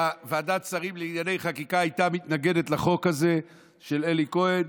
וועדת השרים לענייני חקיקה הייתה מתנגדת לחוק הזה של אלי כהן,